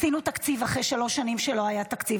עשינו תקציב אחרי שלוש שנים שלא היה תקציב.